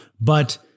but-